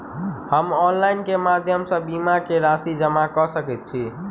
हम ऑनलाइन केँ माध्यम सँ बीमा केँ राशि जमा कऽ सकैत छी?